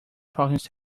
projects